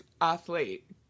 athlete